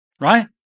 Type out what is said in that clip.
right